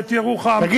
ואת ירוחם,